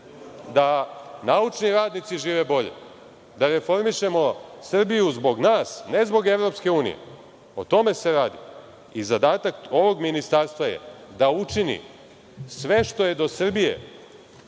da naučni radnici žive bolje, da reformišemo Srbiju zbog nas ne zbog EU. O tome se radi i zadatak ovog ministarstva je da učini sve što je do Srbije